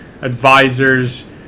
advisors